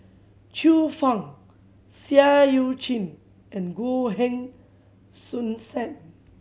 Xiu Fang Seah Eu Chin and Goh Heng Soon Sam